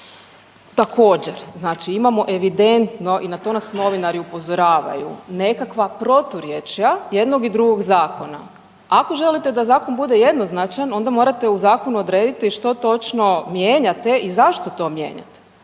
Također, znači imamo evidentno i na to nas novinari upozoravaju nekakva proturječja jednog i dugog zakona. Ako želite da zakon bude jednoznačan onda morate u zakonu odrediti što točno mijenjate i zašto to mijenjate.